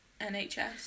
NHS